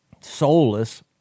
soulless